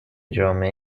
جامعه